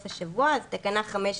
דבר נוסף וקצר,